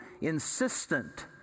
insistent